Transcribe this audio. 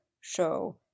show